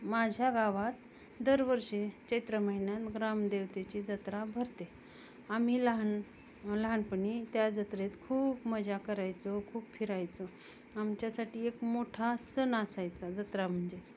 माझ्या गावात दरवर्षी चैत्र महिन्यात ग्रामदेवतेची जत्रा भरते आम्ही लहान लहानपणी त्या जत्रेत खूप मजा करायचो खूप फिरायचो आमच्यासाठी एक मोठा सण असायचा जत्रा म्हणजेच